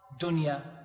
dunya